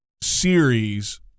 series